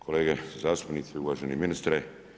Kolege zastupnici i uvaženi ministre.